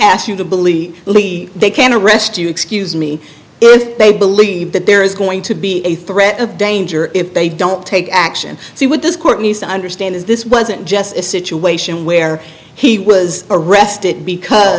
ask you to believe they can arrest you excuse me if they believe that there is going to be a threat of danger if they don't take action so would this court need to understand this this wasn't just a situation where he was arrested because